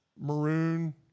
maroon